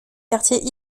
quartier